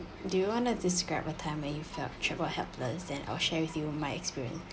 do you want to describe one time that you felt trapped or helpless then I'll share with you my experience